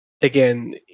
again